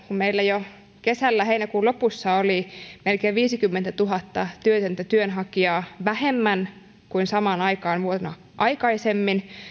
meillä jo kesällä heinäkuun lopussa oli melkein viisikymmentätuhatta työtöntä työnhakijaa vähemmän kuin samaan aikaan vuotta aikaisemmin